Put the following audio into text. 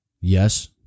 Yes